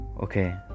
Okay